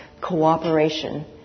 Cooperation